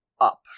up